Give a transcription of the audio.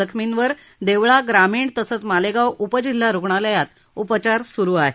जखमींवर देवळा ग्रामीण तसंच मालेगाव उप जिल्हा रुग्णालयात उपचार सुरू आहेत